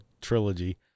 trilogy